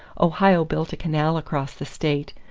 ohio built a canal across the state,